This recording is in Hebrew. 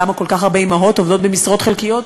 למה כל כך הרבה אימהות עובדות במשרות חלקיות.